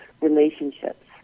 relationships